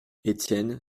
étienne